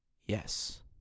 yes